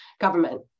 government